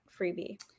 freebie